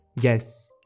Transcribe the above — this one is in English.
Yes